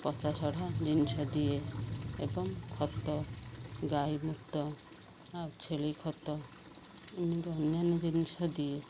ପଚାସଢ଼ା ଜିନିଷ ଦିଏ ଏବଂ ଖତ ଗାଈ ମୂତ ଆଉ ଛେଳି ଖତ ଏମିତି ଅନ୍ୟାନ୍ୟ ଜିନିଷ ଦିଏ